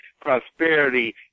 Prosperity